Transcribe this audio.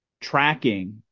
tracking